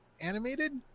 animated